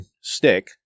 stick